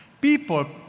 people